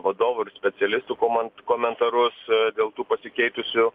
vadovų ir specialistų komant komentarus dėl tų pasikeitusių